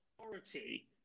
authority